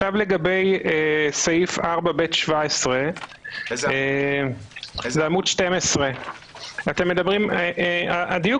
עכשיו לגבי סעיף 4(ב)(17) בעמוד 12. הדיוק